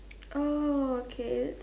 oh okay